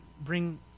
bring